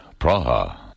Praha